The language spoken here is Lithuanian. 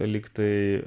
lyg tai